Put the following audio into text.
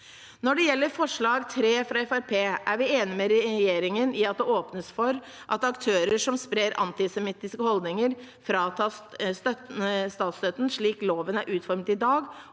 Når det gjelder forslag nr. 3, fra Fremskrittspartiet, er vi enig med regjeringen i at det åpnes for at aktører som sprer antisemittiske holdninger, fratas statsstøtten slik loven er utformet i dag,